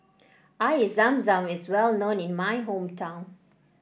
Air Zam Zam is well known in my hometown